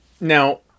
Now